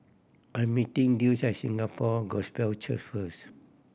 I am meeting Dulce at Singapore Gospel Church first